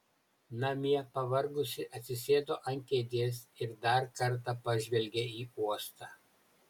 namie pavargusi atsisėdo ant kėdės ir dar kartą pažvelgė į uostą